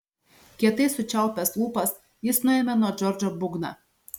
kietai sučiaupęs lūpas jis nuėmė nuo džordžo būgną